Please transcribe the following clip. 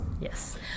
yes